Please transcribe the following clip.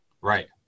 Right